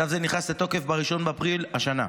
צו זה נכנס לתוקף ב-1 באפריל השנה.